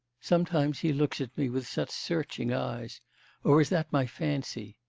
sometimes he looks at me with such searching eyes or is that my fancy?